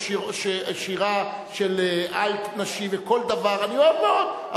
ושירה של אלט נשי וכל דבר, אני אוהב מאוד.